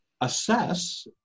assess